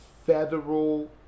Federal